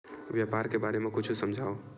व्यापार के बारे म कुछु समझाव?